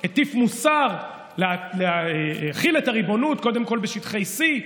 הטיף מוסר להחיל את הריבונות קודם כול בשטחי C,